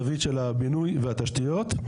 זווית של הבינוי והתשתיות.